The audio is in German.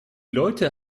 leute